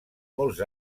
molts